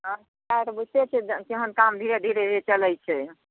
सरकार बूझितै छै केहन काम धीरे धीरे चलैत छै